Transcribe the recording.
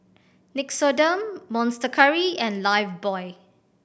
Nixoderm Monster Curry and Lifebuoy